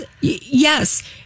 yes